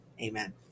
Amen